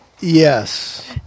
Yes